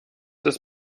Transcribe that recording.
des